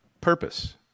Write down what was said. Purpose